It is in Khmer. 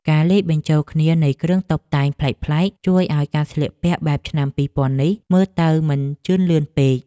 ការលាយបញ្ជូលគ្នានៃគ្រឿងតុបតែងប្លែកៗ ជួយឱ្យការស្លៀកពាក់បែបឆ្នាំពីរពាន់នេះមើលទៅមិនជឿនលឿនពេក។